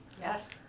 yes